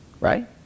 right